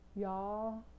Y'all